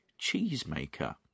cheesemaker